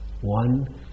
one